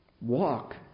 walk